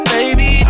Baby